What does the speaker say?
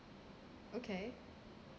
okay